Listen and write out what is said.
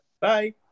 Bye